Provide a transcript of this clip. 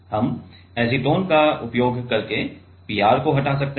हम एसीटोन का उपयोग करके PR को हटा सकते हैं